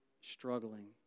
struggling